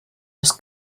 des